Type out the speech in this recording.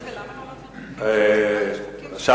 לסימון סעיפים 28, 29, 33א, 36, 36א,